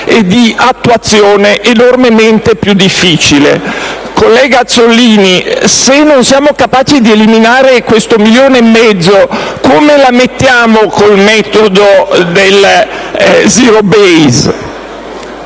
e di attuazione ben più difficile. Collega Azzollini, se non siamo capaci di eliminare questo milione e mezzo, come la mettiamo con il metodo *zero-base*?